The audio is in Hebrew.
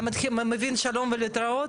אתה מבין "שלום ולהתראות",